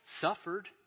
suffered